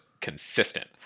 consistent